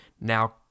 now